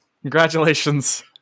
congratulations